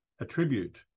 attribute